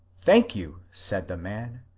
thank you, said the man,